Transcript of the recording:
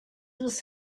was